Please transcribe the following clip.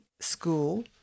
school